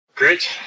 Great